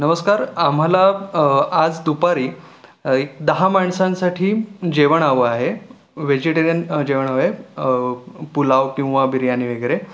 नमस्कार आम्हाला आज दुपारी एक दहा माणसांसाठी जेवण हवं आहे व्हेजिटेरियन जेवण हवं आहे पुलाव किंवा बिर्याणी वगैरे